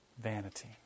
vanity